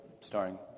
starring